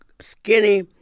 skinny